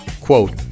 Quote